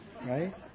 right